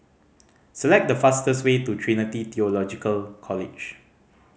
select the fastest way to Trinity Theological College